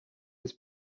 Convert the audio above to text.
was